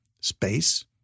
space